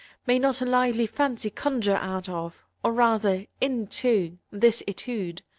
may not a lively fancy conjure out of, or, rather, into, this etude!